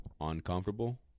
Uncomfortable